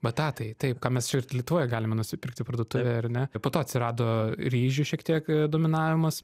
batatai taip ką mes čia ir lietuvoje galima nusipirkti parduotuvėje ar ne po to atsirado ryžių šiek tiek dominavimas